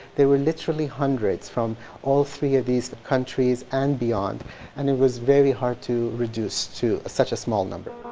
there were literally hundreds from all three of these countries and beyond and it was very hard to reduce to such a small number.